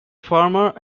farmer